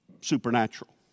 supernatural